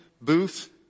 Booth